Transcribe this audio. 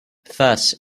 thus